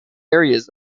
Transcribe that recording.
areas